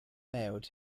mailed